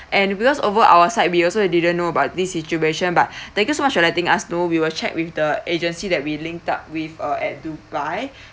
and because over our side we also didn't know about this situation but thank you so much for letting us know we will check with the agency that we linked up with uh at to buy